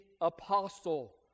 apostle